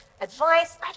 advice